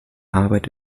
arbeit